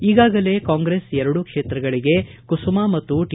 ಈಗಾಗಲೇ ಕಾಂಗ್ರೆಸ್ ಎರಡೂ ಕ್ಷೇತ್ರಗಳಿಗೆ ಕುಸುಮಾ ಮತ್ತು ಟಿ